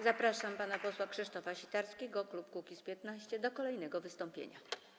Zapraszam pana posła Krzysztofa Sitarskiego, klub Kukiz’15, do kolejnego wystąpienia.